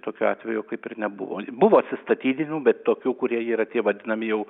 tokio atvejo kaip ir nebuvo buvo atsistatydinimų bet tokių kurie yra tie vadinami